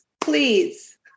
please